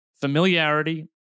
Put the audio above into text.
familiarity